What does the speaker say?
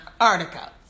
Antarctica